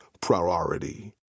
priority